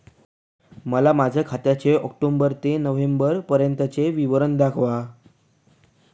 मला माझ्या खात्याचे ऑक्टोबर ते नोव्हेंबर पर्यंतचे विवरण दाखवा